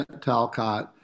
Talcott